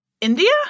India